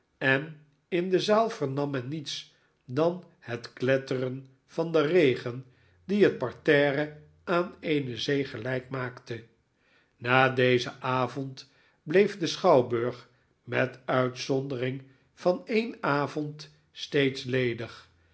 en in de zaal vernam men niets dan het kletteren van den regen die het parterre aan eene zee gelyk maakte na dezen avond bleef de schouwburg met uitzondering van een avond steeds ledig